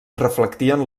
reflectien